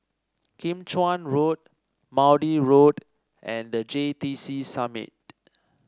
Kim Chuan Road Maude Road and The J T C Summit